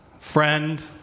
friend